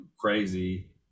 crazy